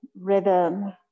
rhythm